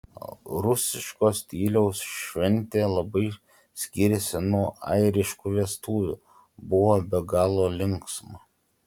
rusiško stiliaus šventė labai skyrėsi nuo airiškų vestuvių buvo be galo linksma